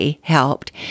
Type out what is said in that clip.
helped